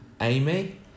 Amy